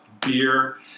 beer